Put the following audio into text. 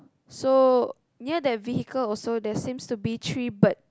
so near the vehicle also there seems to be three bird